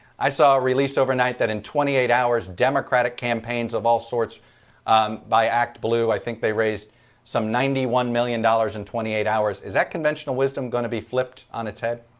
i saw it released overnight that in twenty eight hours democratic campaigns of all sorts um by act blue, i think they raised some ninety one million dollars in twenty eight hours. is that conventional wisdom going to be flipped on its head?